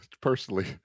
personally